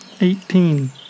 Eighteen